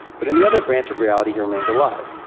but in the other branch of reality, he remains alive.